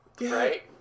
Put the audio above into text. right